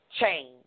change